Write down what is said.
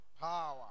Power